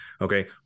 Okay